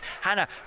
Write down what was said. Hannah